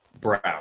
Brown